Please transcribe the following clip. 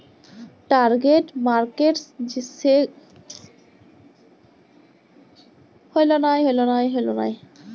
target markets সেগুলা সব যারা কেলে সেই ক্লায়েন্টদের টার্গেট করেক